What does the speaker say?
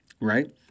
right